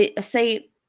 say